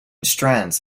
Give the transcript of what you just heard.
strands